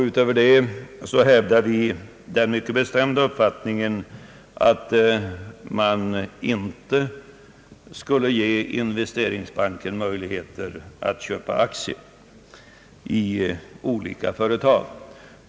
Därtill hävdade vi den mycket bestämda uppfattningen, att man inte skulle ge investeringsbanken möjligheter att köpa aktier i olika företag.